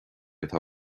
atá